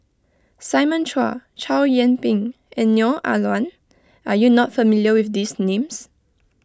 Simon Chua Chow Yian Ping and Neo Ah Luan are you not familiar with these names